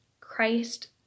christ